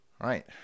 right